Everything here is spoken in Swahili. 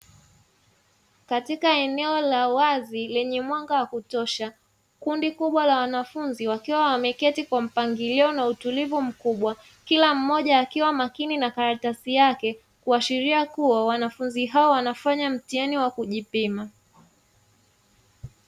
Katika eneo la wazi lenye mwanga wa kutosha; kundi kubwa la wanafunzi, wakiwa wameketi kwa mpangilo na utulimvu mkubwa kila mmoja akiwa makini na karatasi yake, kuashiria kuwa wanafunzi hao wanafanya mtihani wa kujipima.